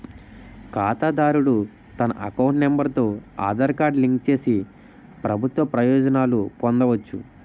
ఖాతాదారుడు తన account number తో ఆధార్ కార్డు లింక్ చేసి ప్రభుత్వ ప్రయోజనాలు పొందవచ్చు